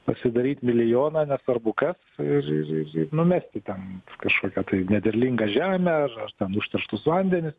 pasidaryt milijoną nesvarbu kas ir ir ir ir numesti ten kažkokio tai nederlingą žemę žarstant užterštus vandenis